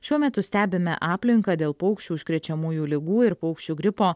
šiuo metu stebime aplinką dėl paukščių užkrečiamųjų ligų ir paukščių gripo